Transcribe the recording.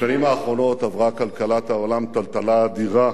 בשנים האחרונות עברה כלכלת העולם טלטלה אדירה,